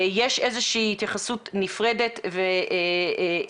יש איזושהי התייחסות נפרדת והתארגנות